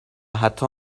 حتی